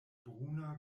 bruna